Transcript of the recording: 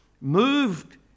moved